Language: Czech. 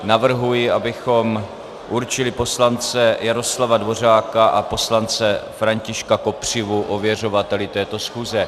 Navrhuji, abychom určili poslance Jaroslava Dvořáka a poslance Františka Kopřivu ověřovateli této schůze.